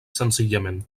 senzillament